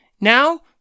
Now